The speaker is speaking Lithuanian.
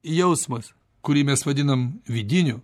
jausmas kurį mes vadinam vidiniu